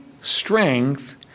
strength